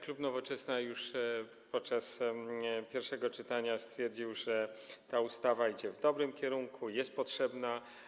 Klub Nowoczesna już podczas pierwszego czytania stwierdził, że ta ustawa idzie w dobrym kierunku, że jest potrzebna.